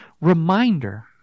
reminder